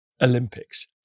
Olympics